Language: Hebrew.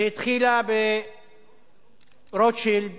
שהתחילה ברוטשילד